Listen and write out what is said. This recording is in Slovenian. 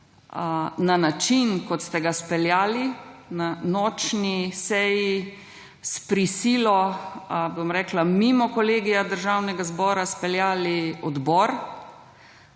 na način kot ste ga speljali na nočni seji s prisilo mimo Kolegija Državnega zbora speljali odbor,